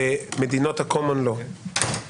במדינות ה-קומן לאו